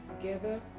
together